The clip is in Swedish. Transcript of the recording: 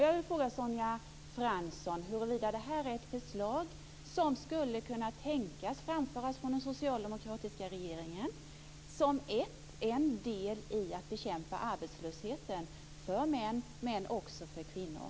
Jag vill fråga Sonja Fransson huruvida det här är ett förslag som skulle kunna tänkas framföras av den socialdemokratiska regeringen som en del i att bekämpa arbetslösheten för män men också för kvinnor.